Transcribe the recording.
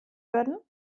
würden